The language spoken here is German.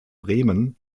bremen